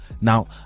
Now